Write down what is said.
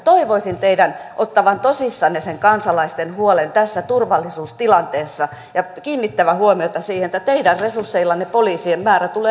toivoisin teidän ottavan tosissanne sen kansalaisten huolen tässä turvallisuustilanteessa ja kiinnittävän huomiota siihen että teidän resursseillanne poliisien määrä tulee vähenemään